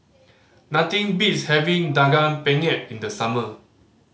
nothing beats having Daging Penyet in the summer